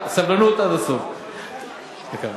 דקה.